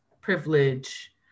privilege